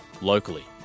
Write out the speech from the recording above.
locally